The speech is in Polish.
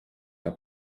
dla